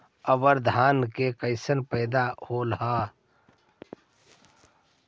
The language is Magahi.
अबर धान के कैसन पैदा होल हा?